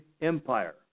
empire